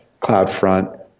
CloudFront